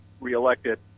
reelected